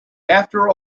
after